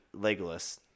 Legolas